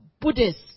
Buddhist